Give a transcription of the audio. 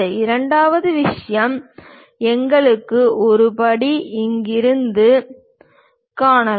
இரண்டாவது விஷயம் எங்களுக்கு ஒரு படி இருக்கிறது படி காணலாம்